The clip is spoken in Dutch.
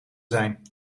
zijn